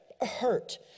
hurt